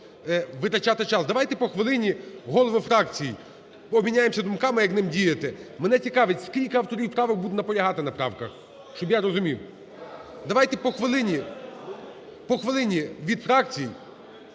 Давайте по хвилині, голови фракцій, обміняємося думками, як нам діяти. Мене цікавить, скільки авторів правок будуть наполягати на правках, щоб я розумів. (Шум у залі) Давайте